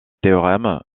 théorème